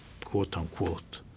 quote-unquote